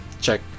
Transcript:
check